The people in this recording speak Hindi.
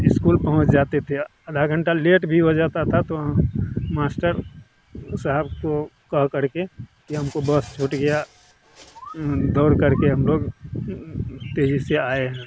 इस्कुल पहुँच जाते थे आधा घंटा लेट भी हो जाता था तो वहाँ माश्टर साहब को कह करके कि हमको बस छूट गया दौड़ करके हम लोग तेज़ी से आए हैं